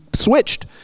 switched